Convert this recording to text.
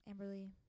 Amberly